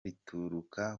rituruka